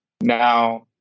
Now